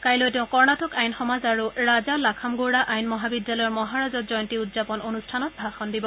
কাইলৈ তেওঁ কৰ্ণাটক আইন সমাজ আৰু ৰাজা লাখামগৌড়া আইন মহাবিদ্যালয়ৰ মহাৰজত জয়ন্তী উদযাপন অনুষ্ঠানত ভাষণ দিব